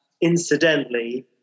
Incidentally